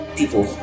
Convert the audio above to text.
people